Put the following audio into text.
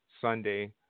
Sunday